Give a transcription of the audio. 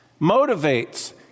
motivates